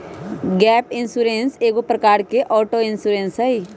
gap insurance एगो प्रकार के ऑटो इंश्योरेंस हइ